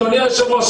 אדוני היושב-ראש,